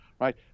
right